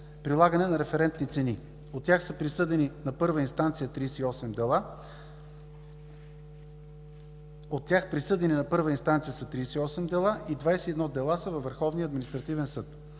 прилагане на референтни цени. От тях присъдени на първа инстанция са 38 дела и 21 дела са във